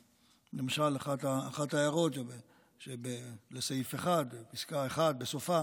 למשל, אחת ההערות לסעיף 1, בפסקה 1, בסופה